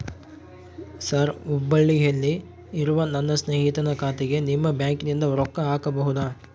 Sir ಹುಬ್ಬಳ್ಳಿಯಲ್ಲಿ ಇರುವ ನನ್ನ ಸ್ನೇಹಿತನ ಖಾತೆಗೆ ನಿಮ್ಮ ಬ್ಯಾಂಕಿನಿಂದ ರೊಕ್ಕ ಹಾಕಬಹುದಾ?